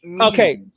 okay